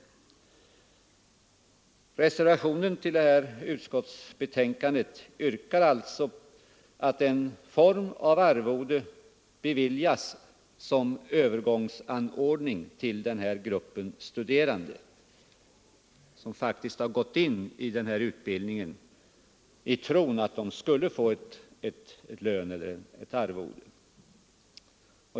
I reservationen 2 yrkar vi att en form av arvode skall beviljas som övergångsanordning till denna grupp studerande, som faktiskt har gått in i utbildningen i tron att de skulle få en lön eller ett arvode.